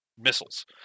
missiles